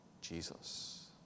Jesus